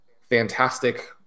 fantastic